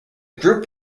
group